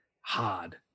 hard